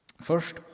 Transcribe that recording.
First